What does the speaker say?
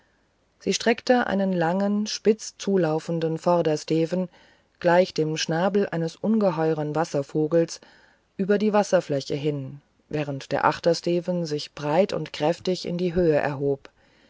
sie streckte einen langen spitz zulaufenden vordersteven gleich dem schnabel eines ungeheuren wasservogels über die wasserfläche hin während der achtersteven sich breit und kräftig in die höhe erhob